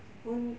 itu pun